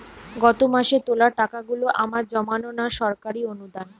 গত মাসের তোলা টাকাগুলো আমার জমানো না সরকারি অনুদান?